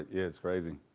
it's crazy.